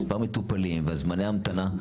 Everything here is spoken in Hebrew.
מספר מטופלים וזמני ההמתנה?